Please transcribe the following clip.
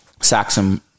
Saxon